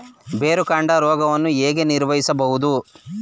ಬೇರುಕಾಂಡ ರೋಗವನ್ನು ಹೇಗೆ ನಿರ್ವಹಿಸಬಹುದು?